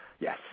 yes